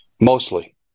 Mostly